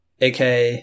AK